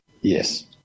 Yes